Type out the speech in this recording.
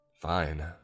Fine